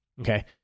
Okay